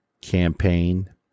campaign